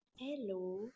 Hello